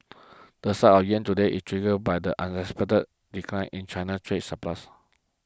the slide of the yuan today is triggered by the unexpected decline in China's trade surplus